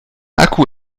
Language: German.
akku